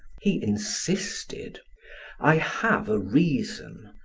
he insisted i have a reason,